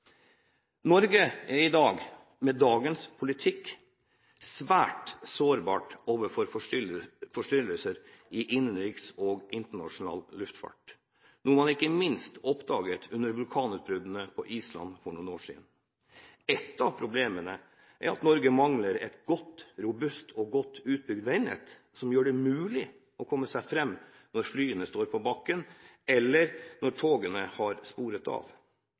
Norge er i dag – med dagens politikk – svært sårbar for forstyrrelser i innenriks- og internasjonal luftfart, noe man ikke minst oppdaget under vulkanutbruddene på Island for noen år siden. Ett av problemene er at Norge mangler et robust og godt utbygd veinett som gjør det mulig å komme seg fram når flyene står på bakken, eller når togene har sporet av.